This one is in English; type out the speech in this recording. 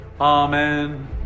Amen